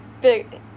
big